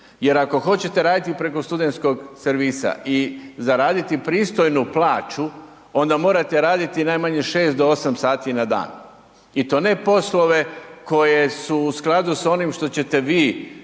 jer ako hoćete raditi preko studentskog servisa i zaraditi pristojnu plaću, onda morate raditi najmanje 6 do 8 sati na dan i to ne poslove koji su u skladu sa onim što ćete vi